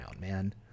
man